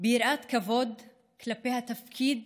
ביראת כבוד כלפי התפקיד